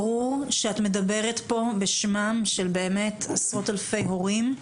ברור שאת מדברת פה בשמם של באמת עשרות אלפי הורים,